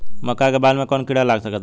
मका के बाल में कवन किड़ा लाग सकता?